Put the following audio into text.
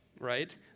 right